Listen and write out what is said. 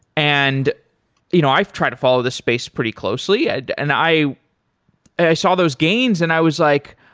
and you know i've tried to follow this space pretty closely and and i i saw those gains and i was like,